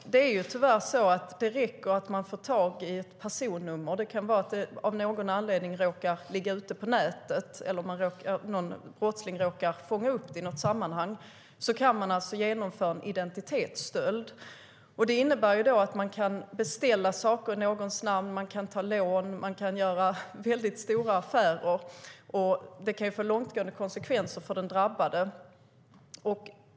Tyvärr räcker det att någon får tag i ett personnummer; det kan av någon anledning ligga ute på nätet eller en brottsling råkar fånga upp det i något sammanhang. Då kan man genomföra en identitetsstöld. Det innebär att man kan beställa saker i någons namn, man kan ta lån, man kan göra stora affärer. Det kan få långtgående konsekvenser för den drabbade.